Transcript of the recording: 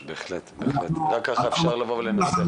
בהחלט, רק ככה אפשר לבוא ולנצח.